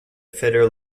fitter